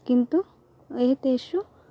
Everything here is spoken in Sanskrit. किन्तु एतेषु